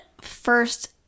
first